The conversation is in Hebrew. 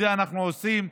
את זה אנחנו עושים,